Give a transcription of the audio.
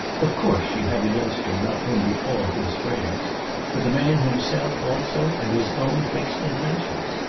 of course she had against her not only all his friends but the man himself also and his own fixed intentions.